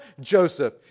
Joseph